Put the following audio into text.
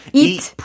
eat